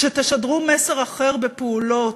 שתשדרו מסר אחר בפעולות,